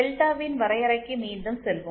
டெல்டாவின் வரையறைக்கு மீண்டும் செல்வோம்